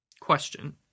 Question